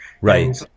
Right